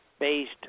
based